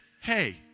hey